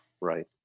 right